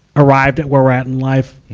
arrived at where we're at in life.